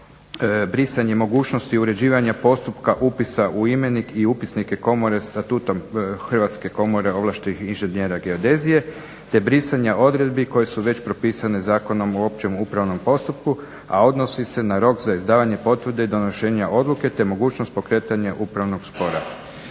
brisanje mogućnosti uređivanja postupka upisa u imenik i upisnike Komore, Statutom Hrvatske komore ovlaštenih inženjera geodezije te brisanja odredbi koje su već propisane Zakonom o općem upravnom postupku a odnosi se na rok za izdavanje potvrde i donošenja odluke, te mogućnost pokretanja upravnog spora.